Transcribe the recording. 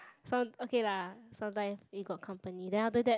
some okay lah sometime we got company then after that